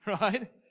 Right